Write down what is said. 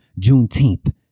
Juneteenth